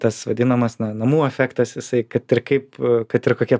tas vadinamas na namų efektas jisai kad ir kaip kad ir kokie